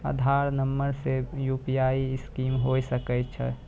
आधार नंबर से भी यु.पी.आई सिस्टम होय सकैय छै?